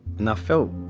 and felt